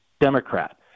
Democrat